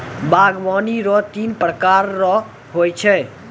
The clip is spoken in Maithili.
बागवानी रो तीन प्रकार रो हो छै